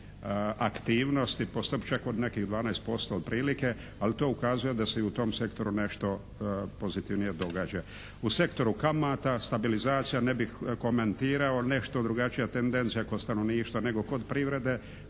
aktivnosti, postotak od nekih 12% otprilike. Ali to ukazuje da se i u tom sektoru nešto pozitivnije događa. U sektoru kamata stabilizacija. Ne bih komentirao. Nešto drugačija tendencija kod stanovništva nego kod privrede.